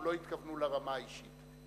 לא התכוונו לרמה האישית.